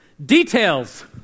details